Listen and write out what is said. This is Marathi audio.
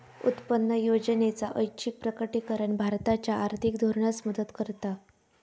उत्पन्न योजनेचा ऐच्छिक प्रकटीकरण भारताच्या आर्थिक धोरणास मदत करता